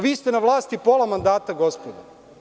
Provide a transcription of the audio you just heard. Vi ste na vlasti pola mandata, gospodo.